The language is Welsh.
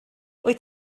wyt